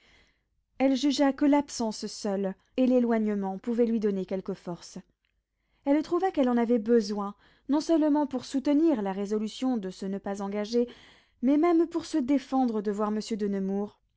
elle jugea que l'absence seule et l'éloignement pouvaient lui donner quelque force elle trouva qu'elle en avait besoin non seulement pour soutenir la résolution de ne se pas engager mais même pour se défendre de voir monsieur de nemours